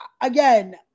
again